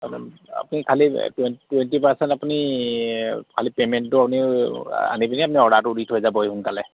হয় মেম আপুনি খালি টুৱেন্টি টুৱেন্টি পাৰচেন্ট আপুনিই খালি পেমেন্টটো আপুনি আনি পিনি অৰ্ডাৰটো দি থৈ যাবহি সোনকালে